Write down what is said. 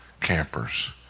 campers